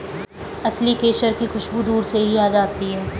असली केसर की खुशबू दूर से ही आ जाती है